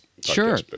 Sure